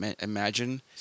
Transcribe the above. imagine